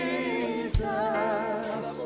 Jesus